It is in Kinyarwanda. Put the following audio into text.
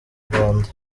rwanda